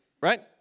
Right